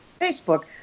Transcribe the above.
Facebook